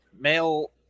male